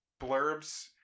blurbs